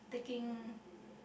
taking